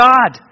God